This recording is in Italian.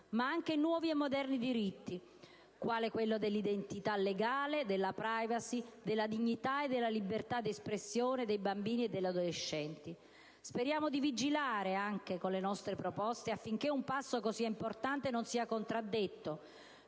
ma anche nuovi e moderni diritti, quale quello dell'identità legale, della *privacy*, della dignità e della libertà di espressione dei bambini e degli adolescenti. Vigileremo, con le nostre proposte, affinché un passo così importante nella direzione